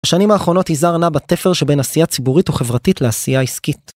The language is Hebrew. השנים האחרונות יזהר נע בתפר שבין עשייה ציבורית וחברתית לעשייה עסקית.